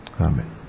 Amen